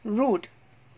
rude